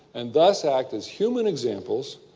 and thus act as human examples,